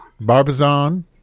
Barbizon